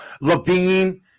Levine